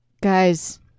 guys